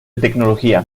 tecnología